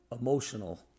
emotional